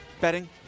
Betting